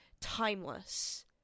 timeless